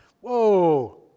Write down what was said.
Whoa